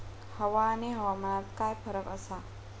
हवा आणि हवामानात काय फरक असा?